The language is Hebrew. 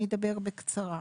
אני אדבר בקצרה.